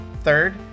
Third